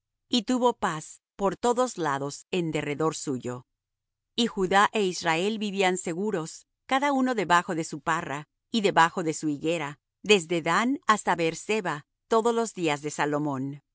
y tuvo paz por todos lados en derredor suyo y judá é israel vivían seguros cada uno debajo de su parra y debajo de su higuera desde dan hasta beer-seba todos los días de salomón